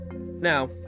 Now